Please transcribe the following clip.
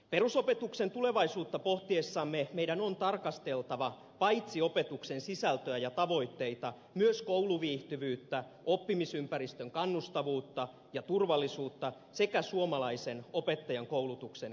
perusopetuksen tulevaisuutta pohtiessamme meidän on tarkasteltava paitsi opetuksen sisältöä ja tavoitteita myös kouluviihtyvyyttä oppimisympäristön kannustavuutta ja turvallisuutta sekä suomalaisen opettajankoulutuksen kehittämistarpeita